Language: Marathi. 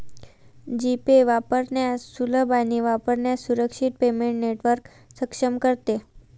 जी पे वापरण्यास सुलभ आणि वापरण्यास सुरक्षित पेमेंट नेटवर्क सक्षम करते